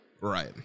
Right